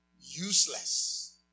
useless